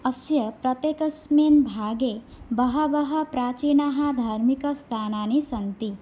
अस्य प्रत्येकस्मिन् भागे बहवः प्राचीनाः धार्मिकस्थानानि सन्ति